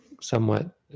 somewhat